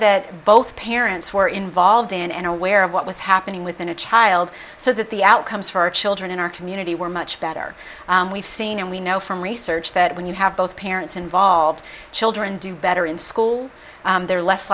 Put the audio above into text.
that both parents were involved and aware of what was happening within a child so that the outcomes for children in our community were much better we've seen and we know from research that when you have both parents involved children do better in school they're less